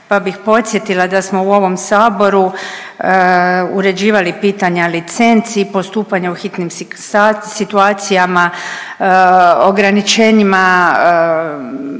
pa bih podsjetila da smo u ovom saboru uređivali pitanja licenci, postupanja u hitnim situacijama, ograničenjima